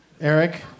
Eric